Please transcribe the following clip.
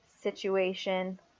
situation